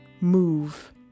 move